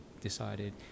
decided